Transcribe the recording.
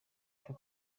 cyo